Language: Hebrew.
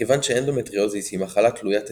מכיוון שאנדומטריוזיס היא מחלה תלוית אסטרוגן,